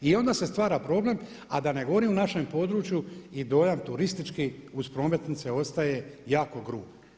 I onda se stvara problem, a da ne govorim o našem području i dojam turistički uz prometnice ostaje jako grub.